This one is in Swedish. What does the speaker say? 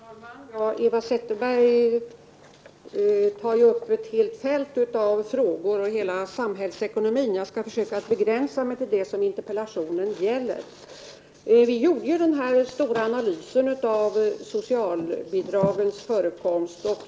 Herr talman! Eva Zetterbergs frågor spänner över ett helt fält och gäller hela samhällsekonomin. Jag skall försöka begränsa mig till det som interpellationen avser. Vi har alltså gjort en stor analys av socialbidragens förekomst.